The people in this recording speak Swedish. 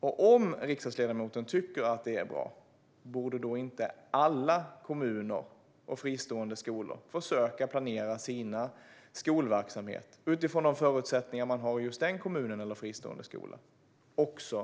Och om riksdagsledamoten tycker att detta är bra, borde då inte alla kommuner och fristående skolor med detta perspektiv försöka att planera sin skolverksamhet utifrån de förutsättningar som finns i just den kommunen eller fristående skolan?